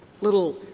little